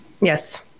Yes